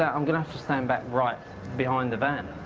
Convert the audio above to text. yeah i'm going to have to stand back right behind the band.